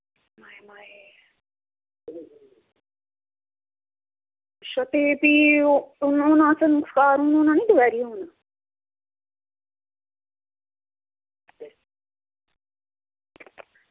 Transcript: ते भी हून होना संस्कार हून होना नी दपैह्रीं हून